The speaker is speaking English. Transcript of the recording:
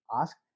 ask